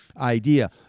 idea